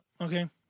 Okay